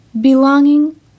belonging